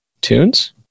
tunes